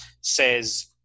says